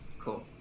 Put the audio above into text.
Cool